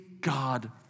God